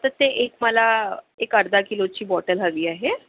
तर ते एक मला एक अर्धा किलोची बॉटल हवी आहे